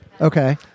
okay